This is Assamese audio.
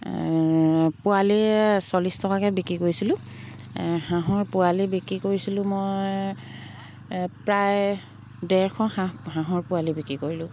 পোৱায়ে চল্লিছ টকাকৈ বিক্ৰী কৰিছিলোঁ হাঁহৰ পোৱালি বিক্ৰী কৰিছিলোঁ মই প্ৰায় ডেৰশ হাঁহ হাঁহৰ পোৱালি বিক্ৰী কৰিলোঁ